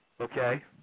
Okay